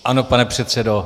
Ano, pane předsedo.